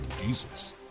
jesus